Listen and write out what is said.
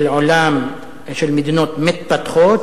של עולם של מדינות מתפתחות